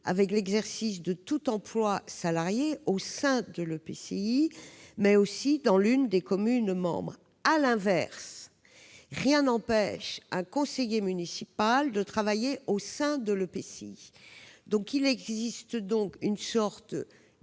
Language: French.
avec l'exercice de tout emploi salarié au sein non seulement de l'EPCI, mais également dans l'une des communes membres. À l'inverse, rien n'empêche un conseiller municipal de travailler au sein de l'EPCI. Il existe donc une sorte d'inégalité